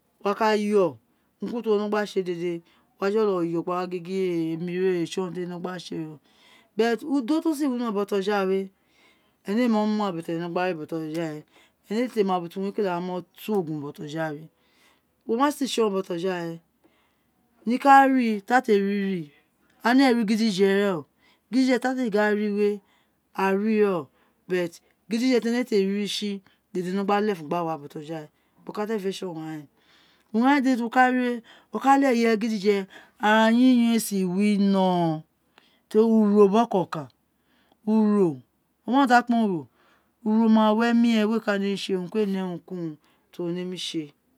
Do ka yo urun ku urun ti ama nó tsi dédé wo wa jòtò gba gingin tson urun we temí no̠ gba tsi éè ó udo tí osi winó bojawe énè éèmo ma ubo tí énè gha bojawe énè éè tsi mo ma bo tí énè gba mo̠ to botoja wo ma si tsọn bọtọjawe ní ubo tí énè gha we ni ko oẁùn a ri tí énè dèdè ma no wa botoga we bọkọ owun á fe tsi eren botuja we urun gha we tí wo ka rí we tí o ka leghe ireye gidije ara yiyon éè si winó terí uro bí onun ọkọ kan uro wo ma urun tí akpe wun uro uro ma wí emí né we ka nemí esi éè urun kuun we né urun ku run tí uwo nemí tsie